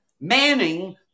Manning